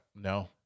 no